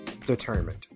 determined